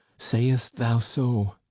sayst thou so?